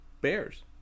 bears